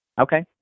Okay